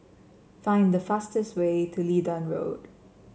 find the fastest way to Leedon Road